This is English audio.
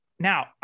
Now